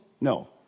No